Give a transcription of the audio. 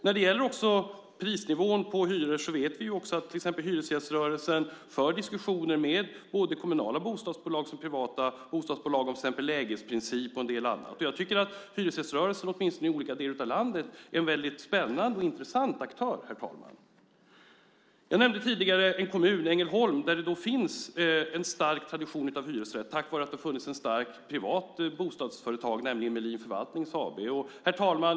När det gäller prisnivån på hyror vet vi att till exempel hyresgäströrelsen för diskussioner med både kommunala och privata bostadsbolag om lägesprincip och en del annat. Jag tycker, herr talman, att hyresgäströrelsen, åtminstone i vissa delar av landet, är en spännande och intressant aktör. Jag nämnde tidigare en kommun, Ängelholm, där det finns en stark tradition med hyresrätter tack vare att det har funnits ett starkt privat bostadsföretag, nämligen Melin Förvaltnings AB. Herr talman!